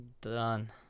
Done